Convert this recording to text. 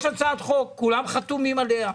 יש הצעת חוק, כולם חתומים עליה.